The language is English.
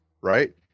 right